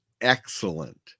excellent